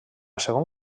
segon